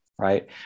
right